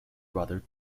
brother